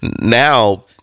now